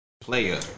player